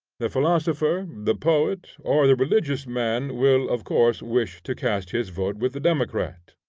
the philosopher, the poet, or the religious man will of course wish to cast his vote with the democrat,